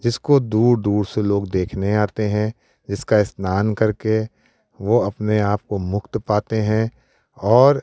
जिसको दूर दूर से लोग देखने आते हैं जिसका स्नान करके वो अपने आप को मुक्त पाते हैं और